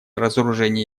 разоружение